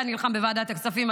אתה נלחם בוועדת הכספים,